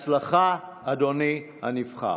בהצלחה, אדוני הנשיא הנבחר.